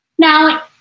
Now